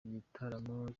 igitaramo